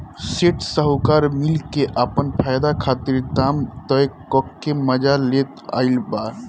सेठ साहूकार मिल के आपन फायदा खातिर दाम तय क के मजा लेत आइल बा